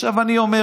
עכשיו אני אומר,